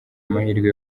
amahirwe